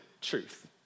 truth